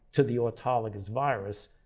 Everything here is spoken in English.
to the autologous virus,